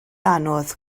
anodd